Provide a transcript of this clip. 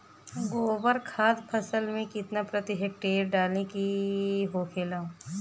गोबर खाद फसल में कितना प्रति हेक्टेयर डाले के होखेला?